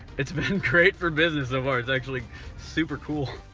it's been great for business so far, it's actually super cool.